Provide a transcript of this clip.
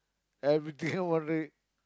everything want red